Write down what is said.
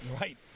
Right